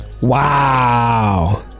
Wow